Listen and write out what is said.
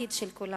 והעתיד של כולנו.